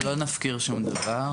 אנחנו לא נפקיר שום דבר,